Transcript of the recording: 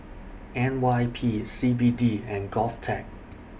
N Y P C B D and Govtech